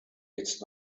its